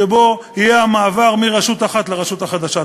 שבו יהיה המעבר מרשות אחת לרשות החדשה.